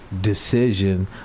decision